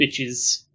bitches